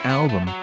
album